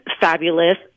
fabulous